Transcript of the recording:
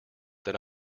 that